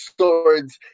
swords